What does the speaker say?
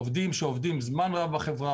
עובדים שעובדים זמן רב בחברה,